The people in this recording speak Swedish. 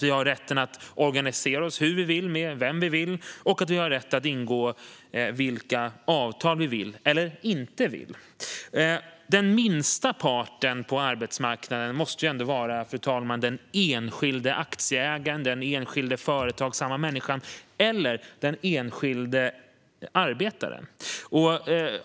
Vi har rätten att organisera oss hur vi vill och med vem vi vill, och vi har rätt att ingå vilka avtal vi vill. Den minsta parten på arbetsmarknaden måste ändå vara den enskilde aktieägaren, den enskilda företagsamma människan eller den enskilde arbetaren.